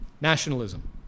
nationalism